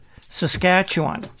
Saskatchewan